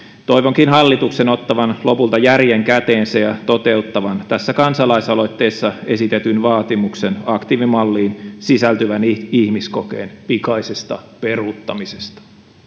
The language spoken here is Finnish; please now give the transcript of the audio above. toivonkin hallituksen ottavan lopulta järjen käteensä ja toteuttavan tässä kansalaisaloitteessa esitetyn vaatimuksen aktiivimalliin sisältyvän ihmiskokeen pikaisesta peruuttamisesta